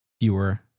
fewer